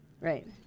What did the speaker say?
right